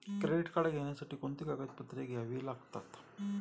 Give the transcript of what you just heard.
Credit card घेण्यासाठी कोणती कागदपत्रे घ्यावी लागतात?